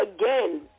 again